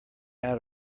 out